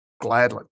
Gladly